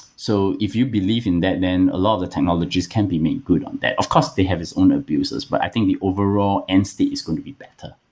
so if you believe in that, then a lot of the technologies can be made good on that. of course, they have its own abusers, but i think the overall end state is going to be better